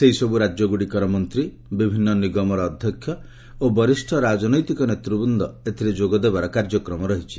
ସେହିସବୁ ରାଜ୍ୟଗୁଡ଼ିକର ମନ୍ତ୍ରୀ ବିଭିନ୍ନ ନିଗମର ଅଧ୍ୟକ୍ଷ ଓ ବରିଷ୍ଣ ରାଜନୈତିକ ନେତୃବୃନ୍ଦ ଏଥିରେ ଯୋଗଦେବାର କାର୍ଯ୍ୟକ୍ରମ ରହିଛି